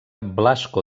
blasco